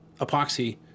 epoxy